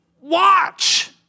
watch